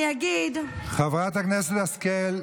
אני אגיד, חברת הכנסת השכל,